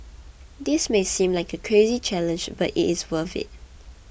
this may seem like a crazy challenge but it's worth it